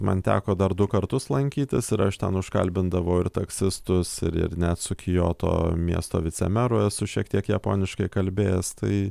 man teko dar du kartus lankytis ir aš ten užkalbindavau ir taksistus ir ir net su kioto miesto vicemeru esu šiek tiek japoniškai kalbėjęs tai